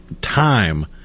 time